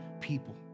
people